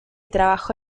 trabajó